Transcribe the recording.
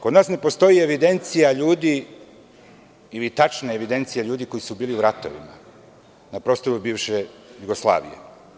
Kod nas ne postoji evidencija ljudi ili tačna evidencija ljudi koji su bili u ratovima na prostoru bivše Jugoslavije.